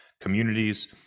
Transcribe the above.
communities